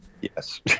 Yes